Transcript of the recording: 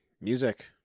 music